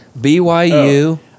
BYU